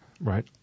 right